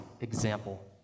example